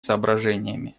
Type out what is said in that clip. соображениями